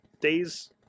days